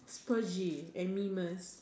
spudgy